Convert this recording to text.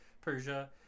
Persia